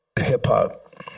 hip-hop